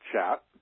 chat